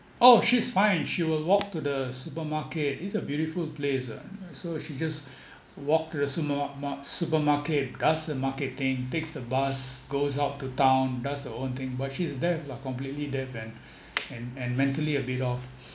oh she's fine she will walk to the supermarket it's a beautiful place ah so she just walk to the supermar~ mar~ supermarket does the marketing takes the bus goes out to town does her own thing but she's deaf lah completely deaf and and and mentally a bit off